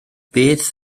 beth